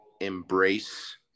embrace